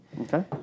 Okay